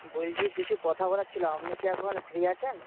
বলছি কিছু কথা বলার ছিল আপনি কি এখন ফ্রি আছেন